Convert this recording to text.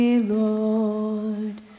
Lord